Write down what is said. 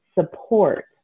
support